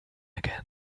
again